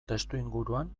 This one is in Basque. testuinguruan